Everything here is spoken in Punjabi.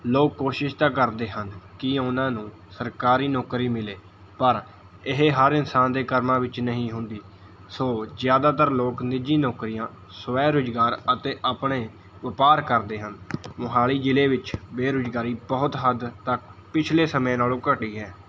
ਲੋਕ ਕੋਸ਼ਿਸ਼ ਤਾਂ ਕਰਦੇ ਹਨ ਕਿ ਉਨ੍ਹਾਂ ਨੂੰ ਸਰਕਾਰੀ ਨੌਕਰੀ ਮਿਲੇ ਪਰ ਇਹ ਹਰ ਇਨਸਾਨ ਦੇ ਕਰਮਾਂ ਵਿੱਚ ਨਹੀਂ ਹੁੰਦੀ ਸੋ ਜ਼ਿਆਦਾਤਰ ਲੋਕ ਨਿੱਜੀ ਨੌਕਰੀਆਂ ਸਵੈ ਰੁਜ਼ਗਾਰ ਅਤੇ ਆਪਣੇ ਵਪਾਰ ਕਰਦੇ ਹਨ ਮੋਹਾਲੀ ਜ਼ਿਲ੍ਹੇ ਵਿੱਚ ਬੇਰੁਜ਼ਗਾਰੀ ਬਹੁਤ ਹੱਦ ਤੱਕ ਪਿਛਲੇ ਸਮੇਂ ਨਾਲੋਂ ਘਟੀ ਹੈ